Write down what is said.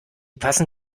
passen